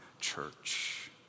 church